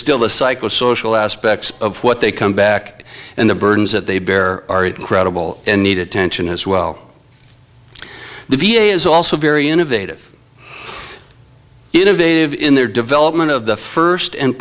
still the psychosocial aspects of what they come back and the burdens that they bear are incredible and need attention as well the v a is also very innovative innovative in their development of the first and